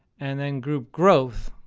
and then group growth.